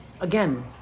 again